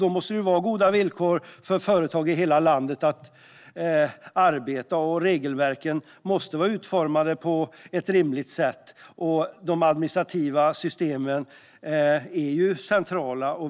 Då måste det vara goda villkor för företag i hela landet att arbeta, och regelverken måste vara utformade på ett rimligt sätt. Här är de administrativa systemen centrala.